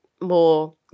more